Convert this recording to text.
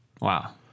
Wow